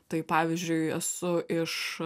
tai pavyzdžiui esu iš